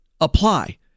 apply